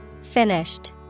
finished